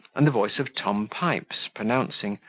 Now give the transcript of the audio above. and the voice of tom pipes pronouncing,